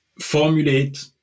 formulate